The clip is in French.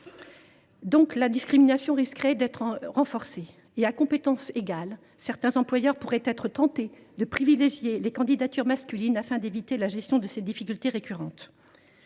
La discrimination risquerait donc d’être renforcée : à compétences égales, certains employeurs pourraient être tentés de privilégier les candidatures masculines, afin d’éviter la gestion de ces difficultés récurrentes.